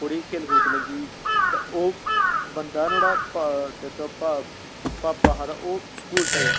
खेल कूद च लग्गी गेई ओह् बंदा नुआढ़ा पापा हा ते ओह् स्कूल च आई गेआ